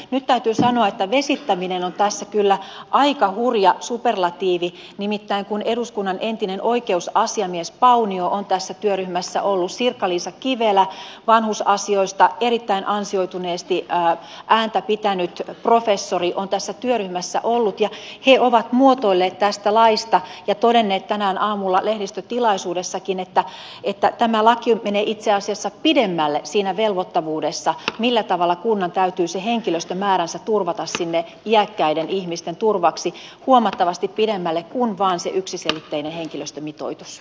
nyt täytyy sanoa että vesittäminen on tässä kyllä aika hurja superlatiivi nimittäin kun eduskunnan entinen oikeusasiamies paunio on tässä työryhmässä ollut sirkka liisa kivelä vanhusasioista erittäin ansioituneesti ääntä pitänyt professori on tässä työryhmässä ollut ja he ovat muotoilleet tätä lakia ja todenneet tänään aamulla lehdistötilaisuudessakin että tämä laki menee itse asiassa pidemmälle siinä velvoittavuudessa millä tavalla kunnan täytyy se henkilöstömääränsä turvata sinne iäkkäiden ihmisten turvaksi huomattavasti pidemmälle kuin vain se yksiselitteinen henkilöstömitoitus